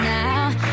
now